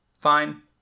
fine